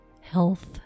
health